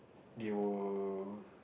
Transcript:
you